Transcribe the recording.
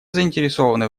заинтересованы